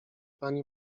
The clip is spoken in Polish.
pani